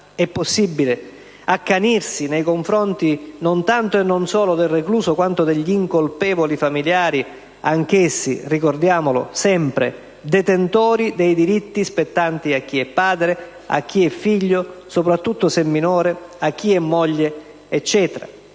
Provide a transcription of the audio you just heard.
È possibile accanirsi nei confronti non tanto e non solo del recluso, quanto degli incolpevoli familiari, anch'essi, ricordiamolo sempre, detentori dei diritti spettanti a chi è padre, a chi è figlio, soprattutto se minore, a chi è moglie, eccetera?